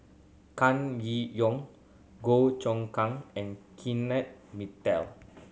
Kam Kee Yong Goh Choon Kang and Kenneth